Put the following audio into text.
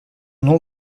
nom